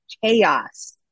chaos